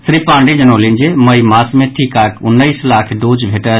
श्री पांडेय जनौलनि जे मई मास मे टीकाक उन्नैस लाख डोज भेटत